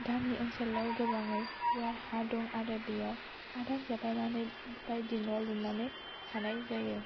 गामि ओनसोलाव गोबाङै गुवार हा दं आरो बेयाव हादान सेफायनानै बायदि न' लुनानै थानाय जायो